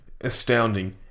astounding